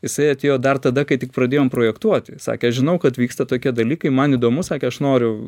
jisai atėjo dar tada kai tik pradėjom projektuoti sakė aš žinau kad vyksta tokie dalykai man įdomu sakė aš noriu